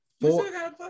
four